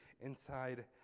inside